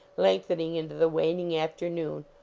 lengthening into the waning afternoon,